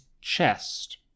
chest